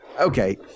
Okay